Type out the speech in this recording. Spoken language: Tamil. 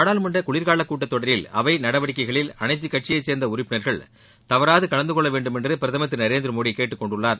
நாடாளுமன்ற குளிர்கால கூட்டத் தொடரில் அவை நடவடிக்கைகளில் அனைத்துக் கட்சியை சேர்ந்த உறுப்பினர்கள் தவறாது கலந்து கொள்ள வேண்டும் என்று பிரதமர் திரு நரேந்திரமோடி கேட்டுக் கொண்டுள்ளார்